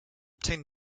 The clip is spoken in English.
obtain